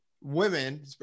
women